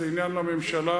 זה עניין לממשלה,